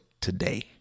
today